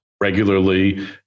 regularly